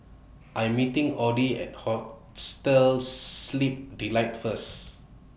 I'm meeting Audie At Hostel Sleep Delight First